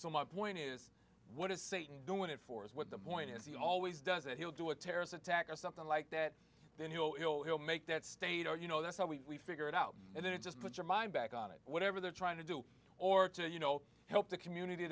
so my point is what is satan doing it for us what the point is he always does it he'll do a terrorist attack or something like that then he will make that state or you know that's how we figure it out and then it just put your mind back on it whatever they're trying to do or to you know help the community